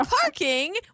parking